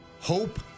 hope